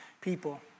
people